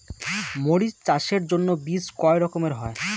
মরিচ চাষের জন্য বীজ কয় রকমের হয়?